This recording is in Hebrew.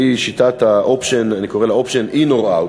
והיא שיטה שאני קורא לה option in or out,